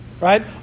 right